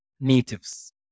natives